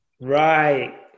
Right